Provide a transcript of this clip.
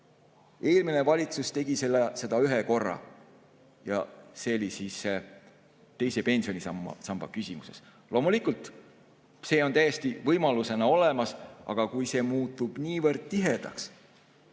Eelmine valitsus tegi seda ühe korra ja see oli teise pensionisamba küsimuses. Loomulikult, see on täiesti võimalusena olemas, aga kui see muutub niivõrd tihedaks,